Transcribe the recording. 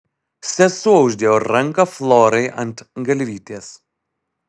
sesuo uždėjo ranką florai ant galvytės